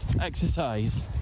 exercise